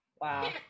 Wow